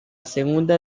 segunda